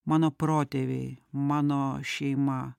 mano protėviai mano šeima